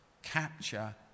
Capture